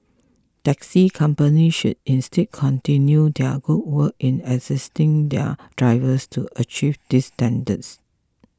taxi companies should instead continue their good work in assisting their drivers to achieve these standards